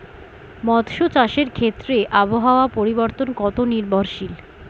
মৎস্য চাষের ক্ষেত্রে আবহাওয়া পরিবর্তন কত নির্ভরশীল?